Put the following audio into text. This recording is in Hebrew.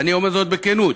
ואני אומר זאת בכנות,